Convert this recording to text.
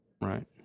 right